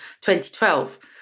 2012